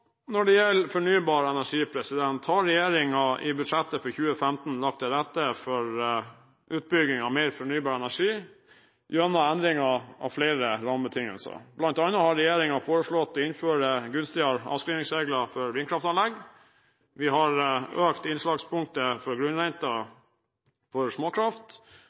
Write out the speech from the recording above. Når det gjelder fornybar energi, har regjeringen i budsjettet for 2015 lagt til rette for utbygging av mer fornybar energi gjennom endringer av flere rammebetingelser, bl.a. har regjeringen foreslått å innføre gunstigere avskrivningsregler for vindkraftanlegg. Vi har økt innslagspunktet for grunnrenten for småkraft,